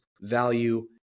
value